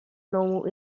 normal